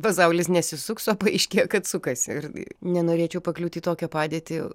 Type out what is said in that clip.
pasaulis nesisuks o paaiškėjo kad sukasi ir nenorėčiau pakliūt į tokią padėtį